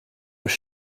were